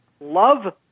love